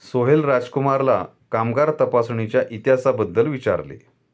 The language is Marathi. सोहेल राजकुमारला कामगार तपासणीच्या इतिहासाबद्दल विचारले